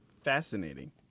Fascinating